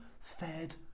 fed